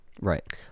Right